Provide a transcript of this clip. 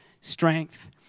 strength